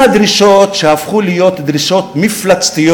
מה הן הדרישות, שהפכו להיות דרישות מפלצתיות,